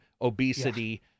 obesity